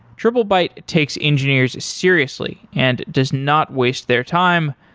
triplebyte takes engineers seriously and does not waste their time,